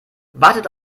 wartet